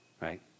right